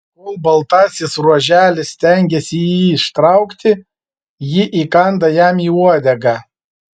kol baltasis ruoželis stengiasi jį ištraukti ji įkanda jam į uodegą